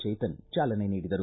ಜೇತನ್ ಚಾಲನೆ ನೀಡಿದರು